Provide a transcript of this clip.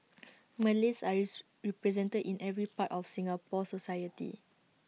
Malays represented in every part of Singapore society